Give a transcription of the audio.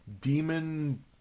demon